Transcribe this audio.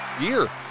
year